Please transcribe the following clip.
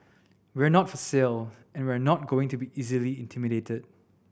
we're not for sale and we're not going to be easily intimidated